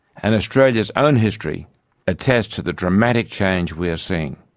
and australia's own history attests to the dramatic change we are seeing,